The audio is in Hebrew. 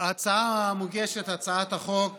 ההצעה שמוגשת, הצעת החוק